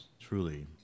truly